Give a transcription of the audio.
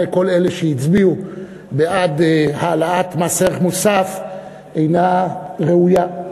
כל אלה שהצביעו בעד העלאת מס ערך מוסף שאינה ראויה.